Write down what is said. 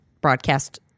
broadcast